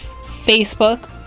Facebook